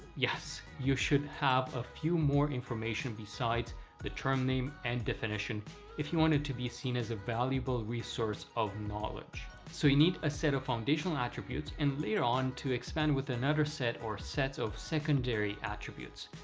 yes, you should have a few more information besides the term name and definition if you want it to be seen as a valuable resource of knowledge. so you need a set of foundational attributes and later on to expand with another set or sets of secondary attributes.